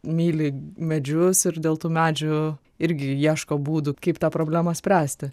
myli medžius ir dėl tų medžių irgi ieško būdų kaip tą problemą spręsti